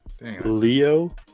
Leo